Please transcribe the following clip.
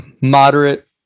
moderate